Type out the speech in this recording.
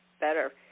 better